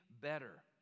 better